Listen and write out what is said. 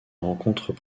rencontrent